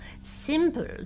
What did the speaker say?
simple